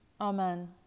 Amen